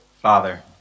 Father